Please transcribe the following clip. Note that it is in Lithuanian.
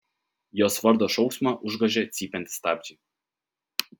jos vardo šauksmą užgožia cypiantys stabdžiai